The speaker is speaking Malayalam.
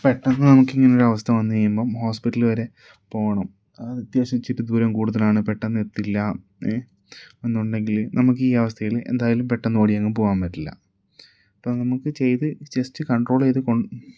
പെട്ടെന്ന് നമുക്കിങ്ങനൊരു അവസ്ഥ വന്ന് കഴിയുമ്പം ഹോസ്പിറ്റല് വരെ പോകണം അത് അത്യാവശ്യം ഇച്ചിരി ദൂരം കൂടുതലാണ് പെട്ടെന്ന് എത്തില്ല ഏഹ് എന്നുണ്ടെങ്കില് നമുക്ക് ഈ അവസ്ഥയില് എന്തായാലും പെട്ടെന്ന് ഓടിയങ്ങ് പോവാൻ പറ്റില്ല അപ്പം നമുക്ക് ചെയ്ത് ജസ്റ്റ് കൺട്രോൾ ചെയ്ത് കൊ